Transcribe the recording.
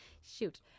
shoot